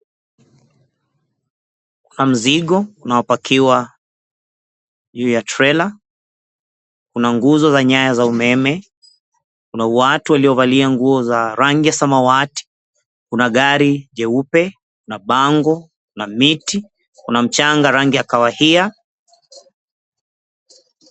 Mzigo unaopakiwa juu ya trailer unanguzo za nyaya za umeme na watu waliovalia nguo za rangi ya samawati. Kuna gari jeupe na bango na miti kuna mchanga rangi ya kahawia.